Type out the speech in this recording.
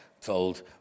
told